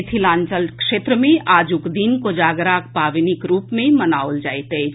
मिथिलांचल क्षेत्र मे आजुक दिन कोजागरा पावनिक रूप मे मनाओल जाइत अछि